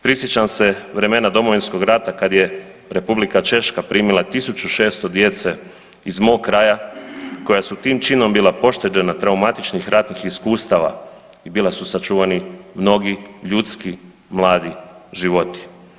Prisjećam se vremena Domovinskog rata kad je R. Češka primila 1600 djece iz mog kraja koja su tim činom bila pošteđena traumatičnih ratnih iskustava i bila su sačuvani mnogi ljudski mladi životi.